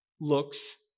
looks